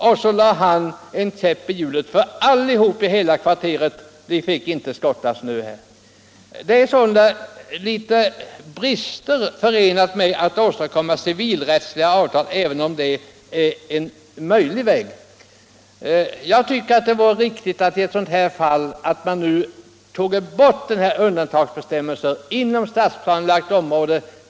Härigenom satte han en käpp i hjulet för alla andra fastighetsägare i kvarteret, så att de inte kunde få snöskottningen utförd. Förfarandet med civilrättsliga avtal är sålunda förenat med vissa brister, även om det är en möjlig väg. Jag tycker att det vore riktigt att avskaffa ifrågavarande undantagsbestämmelse inom stadsplanelagt område.